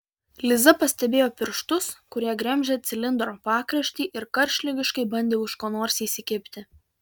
liza pastebėjo pirštus kurie gremžė cilindro pakraštį ir karštligiškai bandė už ko nors įsikibti